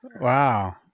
Wow